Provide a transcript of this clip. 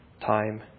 time